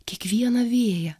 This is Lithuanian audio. kiekvieną vėją